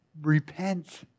Repent